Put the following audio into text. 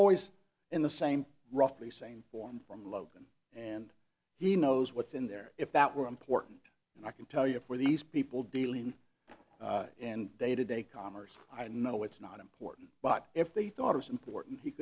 always in the same roughly same form from logan and he knows what's in there if that were important and i can tell you where these people dealing and day to day commerce i know it's not important but if they thought was important he